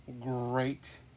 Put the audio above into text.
Great